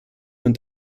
und